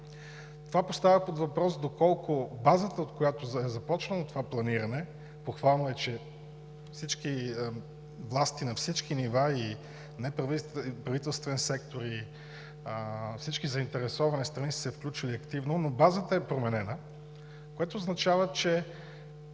Това поставя под въпрос доколко базата, от която е започнало това планиране – похвално е, че всички власти на всички нива и неправителствен, и правителствен сектор, и всички заинтересовани страни са се включили активно, но базата е променена, което означава, че